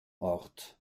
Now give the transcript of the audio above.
ort